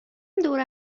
دور